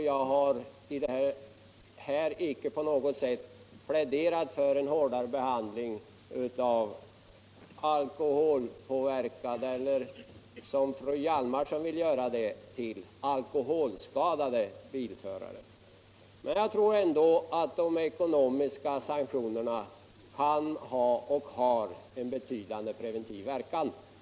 Jag har heller icke på något sätt pläderat för en hårdare behandling av alkoholpåverkade eller — som fru Hjalmarsson vill göra det till — alkoholskadade bilförare. Men jag tror ändå att de ekonomiska sanktionerna har en betydande preventiv verkan.